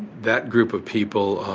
that group of people,